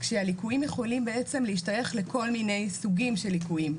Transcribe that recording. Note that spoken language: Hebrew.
כשהליקויים יכולים בעצם להשתייך לכל מיני סוגים של ליקויים.